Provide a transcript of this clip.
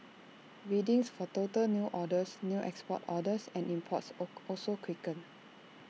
readings for total new orders new export orders and imports also quickened